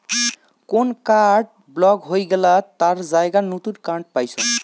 কোন card block হই গেলাত তার জায়গাত নতুন কার্ড পাইচুঙ